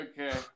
Okay